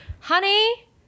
honey